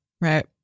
Right